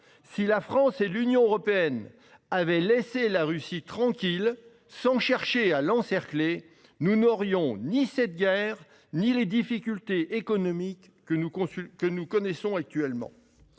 Si la France et l'Union européenne avaient laissé la Russie tranquille, sans chercher à l'encercler, nous n'aurions eu ni cette guerre ni les difficultés économiques que nous connaissons actuellement.